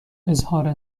اظهار